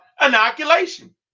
inoculation